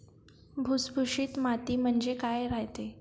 भुसभुशीत माती म्हणजे काय रायते?